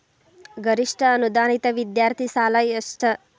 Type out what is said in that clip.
ಗರಿಷ್ಠ ಅನುದಾನಿತ ವಿದ್ಯಾರ್ಥಿ ಸಾಲ ಎಷ್ಟ